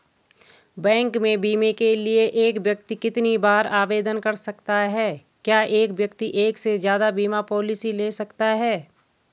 Bank में बीमे के लिए एक व्यक्ति कितनी बार आवेदन कर सकता है क्या एक व्यक्ति एक से ज़्यादा बीमा पॉलिसी ले सकता है?